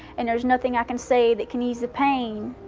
and there's nothing i can say that can ease the pain,